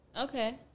okay